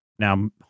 Now